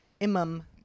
Imam